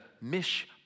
mish